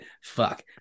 fuck